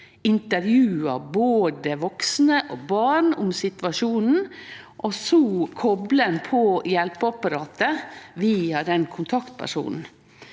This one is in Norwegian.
intervjuar både vaksne og barn om situasjonen, og så koplar ein på hjelpeapparatet via ein kontaktperson.